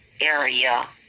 area